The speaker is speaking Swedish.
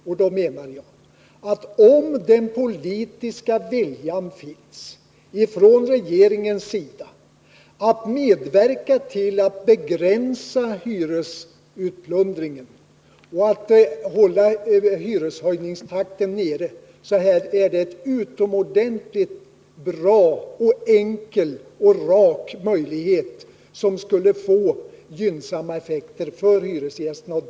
Jag menar, att om regeringen har den politiska viljan att medverka till att begränsa hyresutplundringen och att hålla prishöjningstakten nere, finns det här en utomordentligt bra, enkel och rak möjlighet att skapa gynnsamma effekter för hyresgästerna.